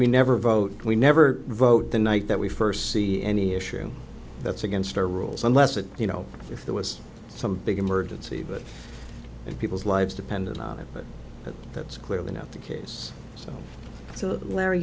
we never vote we never vote the night that we first see any issue that's against our rules unless it you know if there was some big emergency but people's lives depended on it but that's clearly not the case so so larry